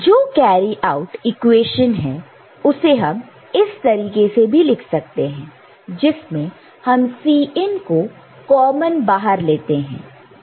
जो carry out equation है उसे हम इस तरीके से भी लिख सकते हैं जिसमें हम Cin को कॉमन बाहर लेते हैं